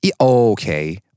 Okay